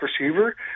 receiver